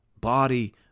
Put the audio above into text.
body